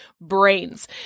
brains